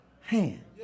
hand